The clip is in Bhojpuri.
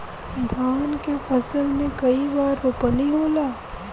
धान के फसल मे कई बार रोपनी होला?